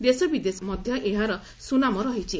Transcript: ଦେଶ ବିଦେଶରେ ମଧ ଏହାର ସୁନାମ ରହିଛି